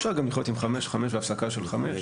אפשר גם לחיות עם חמש/חמש והפסקה של חמש.